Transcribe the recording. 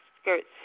skirts